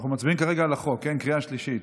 אנחנו מצביעים כרגע על החוק בקריאה שלישית.